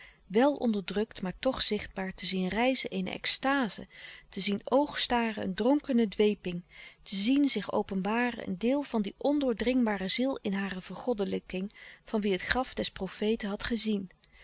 wel onderdrukt maar toch zichtbaar te zien rijzen eene extaze te zien oogstaren een dronkene dweping te zien zich openbaren een deel van die ondoordringbare ziel in hare vergoddelijking van wie het graf des profeten had gezien